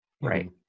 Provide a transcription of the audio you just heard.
right